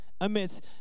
Amidst